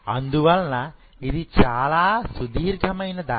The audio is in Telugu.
అందువలన ఇది చాలా సుదీర్ఘమైన దారి